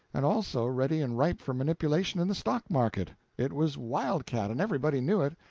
and also ready and ripe for manipulation in the stock-market. it was wildcat, and everybody knew it.